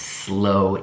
slow